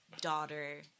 daughter